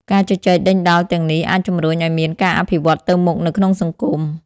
ការជជែកដេញដោលទាំងនេះអាចជំរុញឲ្យមានការអភិវឌ្ឍទៅមុខនៅក្នុងសង្គម។